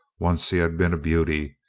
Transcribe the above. once he had been a beauty,